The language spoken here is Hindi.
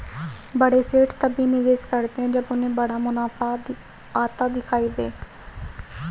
बड़े सेठ तभी निवेश करते हैं जब उन्हें बड़ा मुनाफा आता दिखाई दे